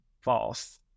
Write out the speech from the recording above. false